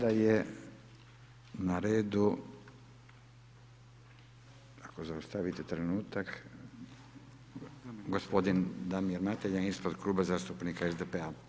Sada je na redu, ako zaustavite trenutak, gospodin Damir Mateljan ispred Kluba zastupnika SDP-a.